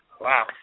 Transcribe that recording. Wow